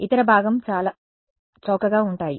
ఇతర భాగం భాగాలు చాలా చౌకగా ఉంటాయి